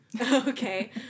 okay